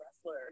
wrestler